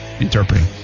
Interpreting